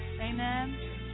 amen